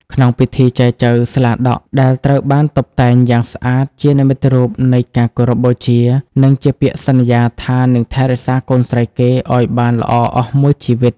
ក្នុងពិធីចែចូវ "ស្លាដក" ដែលត្រូវបានតុបតែងយ៉ាងស្អាត ជានិមិត្តរូបនៃការគោរពបូជា និងជាពាក្យសន្យាថានឹងថែរក្សាកូនស្រីគេឱ្យបានល្អអស់មួយជីវិត។